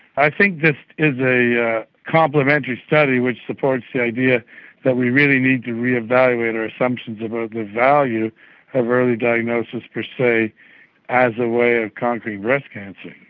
i think this is a a complementary study which supports the idea that we really need to re-evaluate our assumptions about the value of early diagnosis per se as a way of conquering breast cancer.